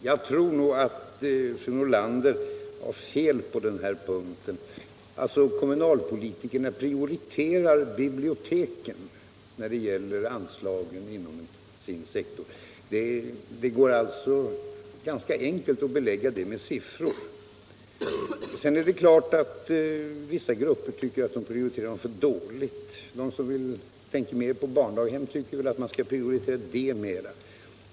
Herr talman! Jag tror att fru Nordlander har fel på den här punkten. Kommunalpolitikerna prioriterar biblioteken när det gäller anslag inom deras sektor. Det kan man ganska lätt belägga med siffror. En annan sak är att vissa grupper anser att biblioteken prioriteras för dåligt. En del politiker anser att barndaghemmen i stället bör prioriteras mera.